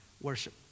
Worship